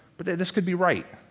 but this could be right.